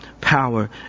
power